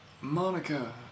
Monica